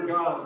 God